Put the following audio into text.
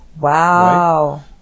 Wow